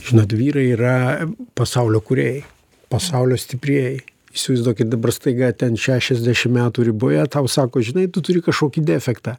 žinot vyrai yra pasaulio kūrėjai pasaulio stiprieji įsivaizduokit dabar staiga ten šešiasdešim metų riboje tau sako žinai tu turi kažkokį defektą